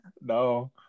No